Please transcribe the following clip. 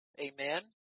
Amen